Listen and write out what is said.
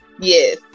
Yes